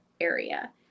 area